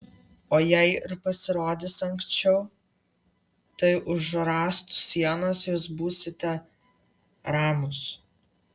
o jei ir pasirodys anksčiau tai už rąstų sienos jūs būsite ramūs